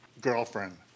girlfriend